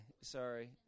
sorry